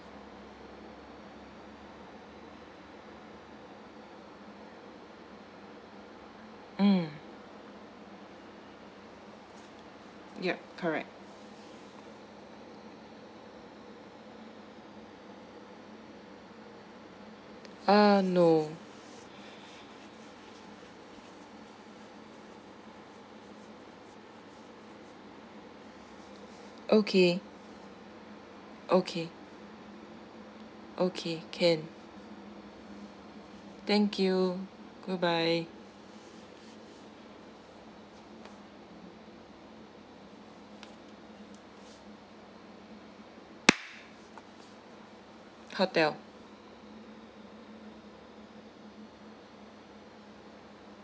mm yup correct uh no okay okay okay can thank you goodbye hotel